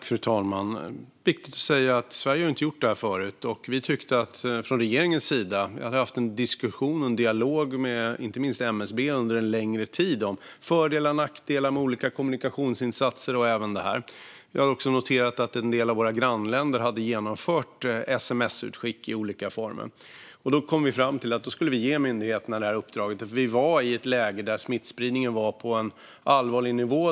Fru talman! Det är viktigt att säga att Sverige inte hade gjort detta förut. Regeringen hade under en längre tid haft en diskussion och en dialog med inte minst MSB om fördelar och nackdelar med olika kommunikationsinsatser, även denna. Vi hade också noterat att en del av våra grannländer hade genomfört sms-utskick i olika former. Då kom vi fram till att vi skulle ge myndigheterna detta uppdrag. Vi var i ett läge där smittspridningen låg på en allvarlig nivå.